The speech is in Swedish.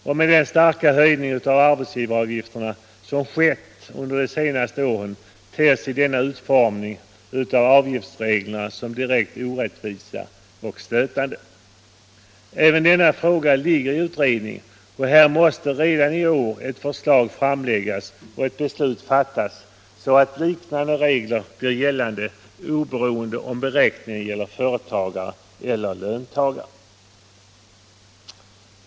Och med den starka höjning av arbetsgivaravgifterna som skett under de senaste åren ter sig denna utformning av avgiftsreglerna som direkt orättvis och stötande. Även denna fråga är under utredning och här måste redan i år ett förslag framläggas och beslut fattas så att liknande regler blir gällande oberoende av om beräkningen gäller företagare eller löntagare.